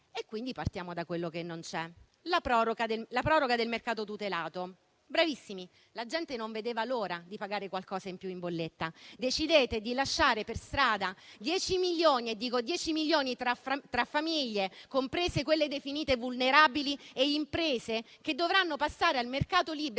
produttivo. Partiamo da quello che non c'è: la proroga del mercato tutelato. Bravissimi, la gente non vedeva l'ora di pagare qualcosa in più in bolletta. Decidete di lasciare per strada 10 milioni - e dico 10 milioni - tra famiglie (comprese quelle definite vulnerabili) e imprese, che dovranno passare al mercato libero